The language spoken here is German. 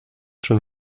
schon